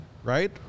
Right